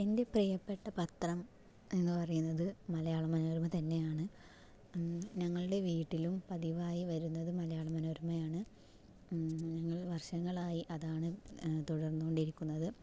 എൻ്റെ പ്രിയപ്പെട്ട പത്രം എന്ന് പറയുന്നത് മലയാള മനോരമ തന്നെയാണ് ഞങ്ങളുടെ വീട്ടിലും പതിവായി വരുന്നത് മലയാള മനോരമയാണ് ഞങ്ങൾ വർഷങ്ങളായി അതാണ് തുടർന്നുകൊണ്ടിരിക്കുന്നത്